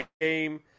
game